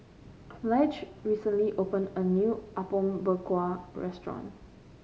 Lige recently opened a new Apom Berkuah restaurant